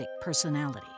personality